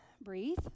Breathe